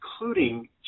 including